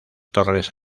torres